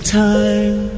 time